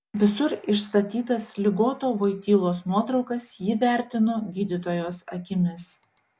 visur išstatytas ligoto voitylos nuotraukas ji vertino gydytojos akimis